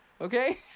Okay